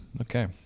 Okay